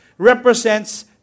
Represents